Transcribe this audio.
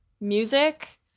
Music